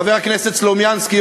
חבר הכנסת סלומינסקי,